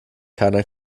keiner